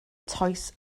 toes